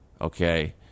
okay